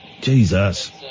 Jesus